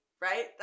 Right